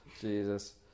jesus